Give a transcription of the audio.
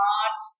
art